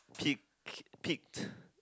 tick pick